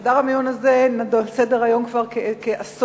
חדר המיון הזה על סדר-היום כבר כעשור.